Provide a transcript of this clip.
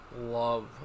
love